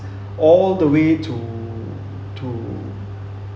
all the way to to